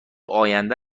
آینده